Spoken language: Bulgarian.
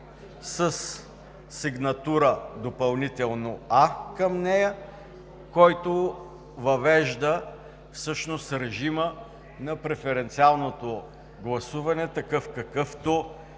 със сигнатура допълнително „а“ към нея, която въвежда всъщност режима на преференциалното гласуване – такъв, какъвто